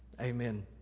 Amen